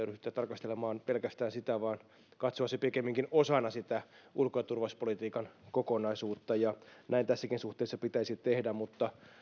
ryhtyä tarkastelemaan pelkästään sitä vaan katsoa se pikemminkin osana sitä ulko ja turvallisuuspolitiikan kokonaisuutta näin tässäkin suhteessa pitäisi tehdä mutta